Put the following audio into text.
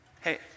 Hey